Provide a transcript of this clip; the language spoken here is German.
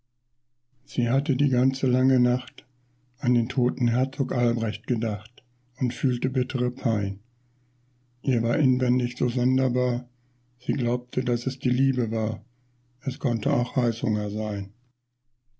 sie hatte die ganze lange nacht an den toten herzog albrecht gedacht und fühlte bittere pein ihr war inwendig so sonderbar sie glaubte daß es die liebe war es konnte auch heißhunger sein